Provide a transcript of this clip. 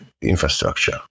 infrastructure